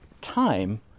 time